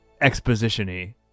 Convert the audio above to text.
exposition-y